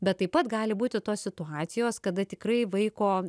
bet taip pat gali būti tos situacijos kada tikrai vaiko